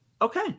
Okay